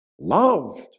loved